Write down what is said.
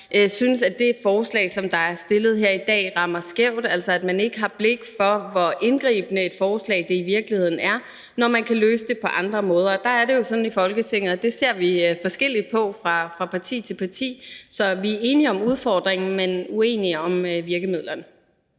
syntes, at det forslag, som er fremsat her i dag, rammer skævt, altså at man ikke har blik for, hvor indgribende et forslag det i virkeligheden er, når man kan løse det på andre måder. Og der er det jo sådan i Folketinget, at vi ser forskelligt på det fra parti til parti. Så vi er enige om udfordringen, men uenige om virkemidlerne.